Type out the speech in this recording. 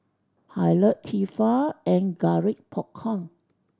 Pilot Tefal and Garrett Popcorn